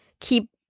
keep